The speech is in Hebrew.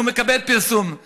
הוא מקבל פרסום.